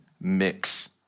mix